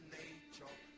nature